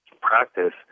practice